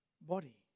body